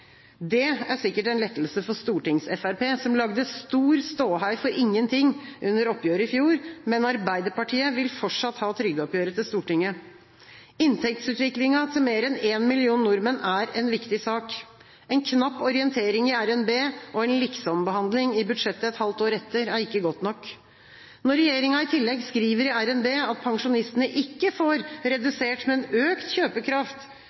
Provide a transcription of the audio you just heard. Det er sikkert en lettelse for Fremskrittspartiet på Stortinget, som lagde stor ståhei for ingenting under oppgjøret i fjor, men Arbeiderpartiet vil fortsatt ha trygdeoppgjøret til Stortinget. Inntektsutviklingen til mer enn én million nordmenn er en viktig sak. En knapp orientering i RNB og en liksombehandling i budsjettet et halvt år etter er ikke godt nok. Når regjeringa i tillegg skriver i RNB at pensjonistene ikke får redusert, men økt, kjøpekraft